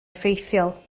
effeithiol